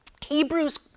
Hebrews